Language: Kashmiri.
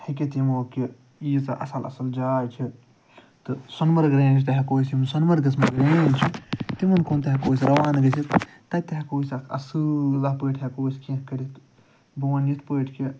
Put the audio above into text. ہیٚکِتھ یِمُو کہِ ییٖژاہ اصٕل اصٕل جاے چھِ تہٕ سۄنہٕ مرگ رینٛج تہِ ہیٚکو أسۍ یِم سۄنہٕ مرگَس منٛز رینٛج چھِ تِمَن کُن تہِ ہیٚکَو أسۍ روانہٕ گٔژھِتھ تَتہِ تہِ ہیٚکو أسۍ اَکھ اصٕل پٲٹھۍ ہیٚکو أسۍ کیٚنٛہہ کٔرِتھ بہٕ وَنہٕ یِتھ پٲٹھۍ کہِ